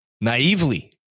naively